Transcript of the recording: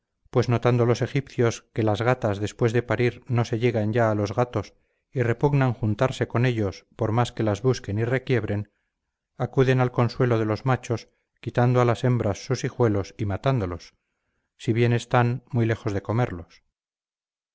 pues notando los egipcios que las gatas después de parir no se llegan ya a los gatos y repugnan juntarse con ellos por más que las busquen y requiebren acuden al consuelo de los machos quitando a las hembras sus hijuelos y matándolos si bien están muy lejos de comerlos